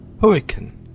Hurricane